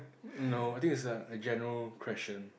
no I think it's a a general question